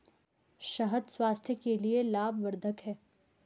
शहद स्वास्थ्य के लिए लाभवर्धक है